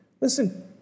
Listen